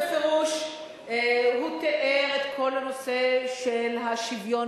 בפירוש: הוא תיאר את כל הנושא של השוויון